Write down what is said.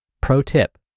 Pro-tip